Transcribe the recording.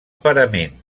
parament